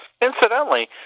Incidentally